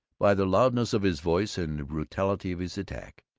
by the loudness of his voice and the brutality of his attack,